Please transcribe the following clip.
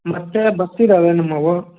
ಮತ್ತು ಬಸ್ಸಿದ್ದಾವೆ ನಮ್ಮವು